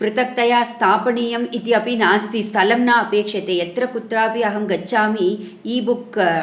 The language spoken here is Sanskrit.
पृथक्तया स्थापनीयम् इत्यपि नास्ति स्थलं न अपेक्षते यत्र कुत्रापि अहं गच्छामि इबुक्